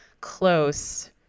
close